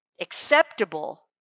acceptable